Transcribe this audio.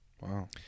Wow